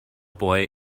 boy